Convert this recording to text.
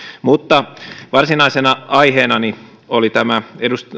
mutta varsinaisena aiheenani oli tämä